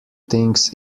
things